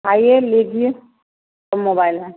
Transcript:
आइए लीजिए सब मोबाइल हैं